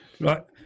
right